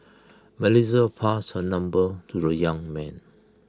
Melissa passed her number to the young man